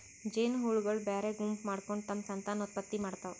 ಜೇನಹುಳಗೊಳ್ ಬ್ಯಾರೆ ಗುಂಪ್ ಮಾಡ್ಕೊಂಡ್ ತಮ್ಮ್ ಸಂತಾನೋತ್ಪತ್ತಿ ಮಾಡ್ತಾವ್